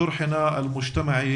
תחושת המוגנות,